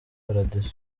paradizo